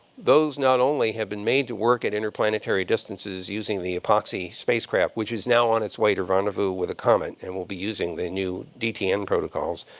those not only have been made to work at interplanetary distances using the epoxy spacecraft, which is not on its way to rendezvous with a comet and will be using the new dtn protocols,